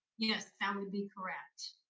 yes, that would be correct.